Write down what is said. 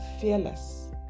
fearless